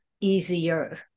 easier